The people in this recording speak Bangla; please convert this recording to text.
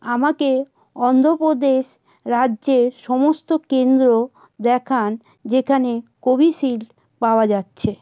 আমাকে অন্ধ্রপ্রদেশ রাজ্যের সমস্ত কেন্দ্র দেখান যেখানে কোভিশিল্ড পাওয়া যাচ্ছে